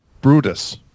brutus